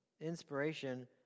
inspiration